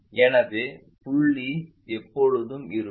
எனவே புள்ளி எப்போதும் இருக்கும்